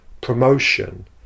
promotion